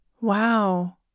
Wow